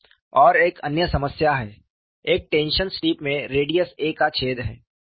और एक अन्य समस्या है एक टेंशन स्ट्रिप में रेडियस a का छेद है